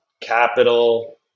capital